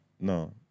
No